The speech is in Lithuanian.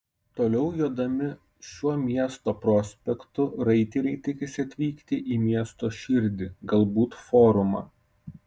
toliau jodami šiuo miesto prospektu raiteliai tikisi atvykti į miesto širdį galbūt forumą